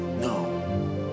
No